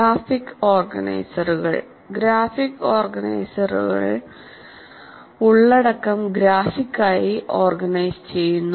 graphic ഓർഗനൈസറുകൾ graphic ഓർഗനൈസറുകൾ ഉള്ളടക്കം ഗ്രാഫിക്കായി ഓർഗനൈസ് ചെയ്യുന്നു